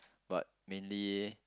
but mainly